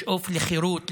לשאוף לחירות,